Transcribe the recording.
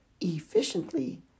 efficiently